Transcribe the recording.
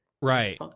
right